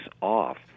off